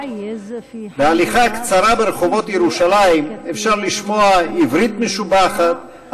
בהליכה קצרה ברחובות ירושלים אפשר לשמוע עברית משובחת,